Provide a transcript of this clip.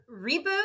reboot